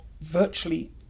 virtually